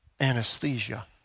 anesthesia